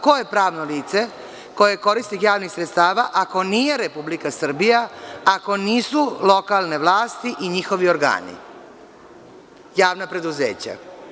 Ko je pravno lice koje korisnik javnih sredstava ako nije Republika Srbija, ako nisu lokalne vlasti i njihovi organi, javna preduzeća.